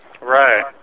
Right